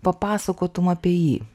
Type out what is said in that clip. papasakotum apie jį